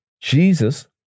Jesus